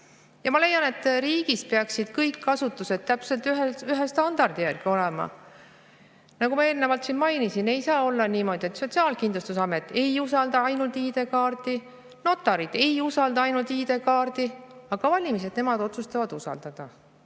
Ja ma leian, et riigis peaksid kõik asutused täpselt ühe standardi järgi olema. Nagu ma eelnevalt mainisin, ei saa olla niimoodi, et Sotsiaalkindlustusamet ei usalda ainult ID‑kaarti, notarid ei usalda ainult ID‑kaarti, aga valimised, nemad otsustavad usaldada.